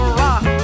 rock